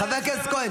חבר הכנסת כהן.